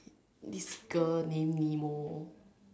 this girl named Nemo